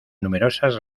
numerosas